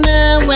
Now